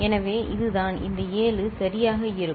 எனவே இது தான் இந்த ஏழு சரியாக இருக்கும்